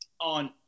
on